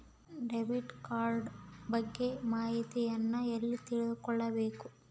Debit card ಬಗ್ಗೆ ಮಾಹಿತಿಯನ್ನ ಎಲ್ಲಿ ತಿಳ್ಕೊಬೇಕು?